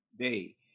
day